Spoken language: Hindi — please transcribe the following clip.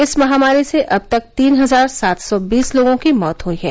इस महामारी से अब तक तीन हजार सात सौ बीस लोगों की मौत हुई है